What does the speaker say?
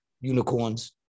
Unicorns